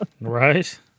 Right